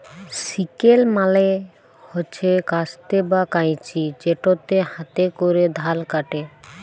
sickle মালে হছে কাস্তে বা কাঁইচি যেটতে হাতে ক্যরে ধাল ক্যাটে